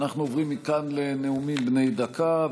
אנחנו עוברים מכאן לנאומים בני דקה,